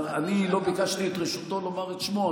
אבל אני לא ביקשתי את רשותו לומר את שמו,